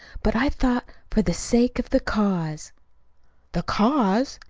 but i thought, for the sake of the cause the cause!